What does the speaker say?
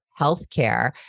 healthcare